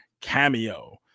cameo